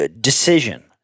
decision